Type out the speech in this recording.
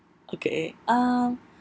okay um